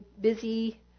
busy